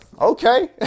okay